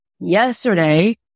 Yesterday